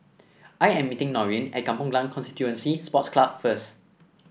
I am meeting Norene at Kampong Glam Constituency Sports Club first